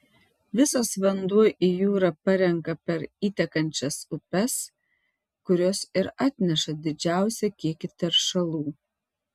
visas vanduo į jūrą parenka per įtekančias upes kurios ir atneša didžiausią kiekį teršalų